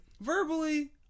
Verbally